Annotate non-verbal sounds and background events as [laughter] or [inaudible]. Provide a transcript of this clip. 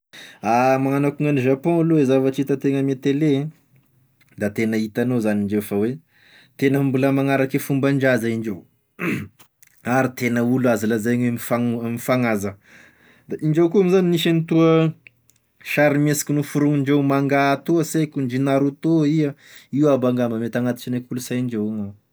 [hesitation] Magnano akoa gn'agne Japon aloha e zavatra hitantena ame tele da tena hitanao zany indreo fa hoe tena mbola magnaraky e fomban-draza indreo [noise] ary tena olo azo lazaigny mifagno- mifagnaza, da indreo koa moa zany nisy agn'itoa sarimesiky noforonindreo mangà toa sy aiko, ndry Naruto iha, io aby angamba mety agnaty isagne kolosaindreo io gnao.